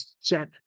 set